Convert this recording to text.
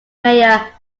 mayor